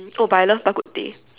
oh but I love bak-kut-teh